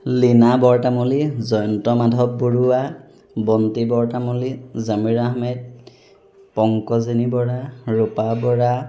Leena Bortamuli Jayanta Madhab Barua Banti Bortamuli Jamir Ahmed Pankajini Bora Rupa Bora